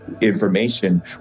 information